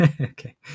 okay